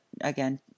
again